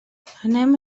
anem